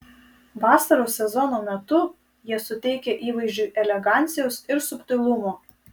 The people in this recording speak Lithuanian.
vasaros sezono metu jie suteikia įvaizdžiui elegancijos ir subtilumo